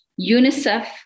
UNICEF